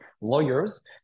lawyers